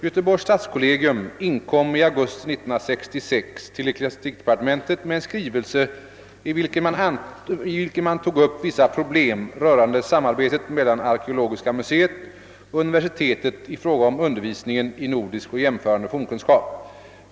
Göteborgs stadskollegium inkom i augusti 1966 till ecklesiastikdepartementet med en skrivelse i vilken man tog upp vissa problem rörande samarbetet mellan arkeologiska museet och universitetet i fråga om undervisningen i nordisk och jämförande fornkunskap.